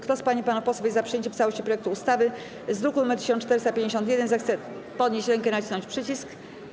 Kto z pań i panów posłów jest za przyjęciem w całości projektu ustawy z druku nr 1451, zechce podnieść rękę i nacisnąć przycisk.